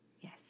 Yes